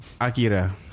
Akira